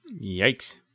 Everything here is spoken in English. Yikes